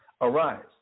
Arise